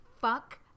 Fuck